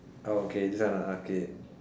ah okay this one okay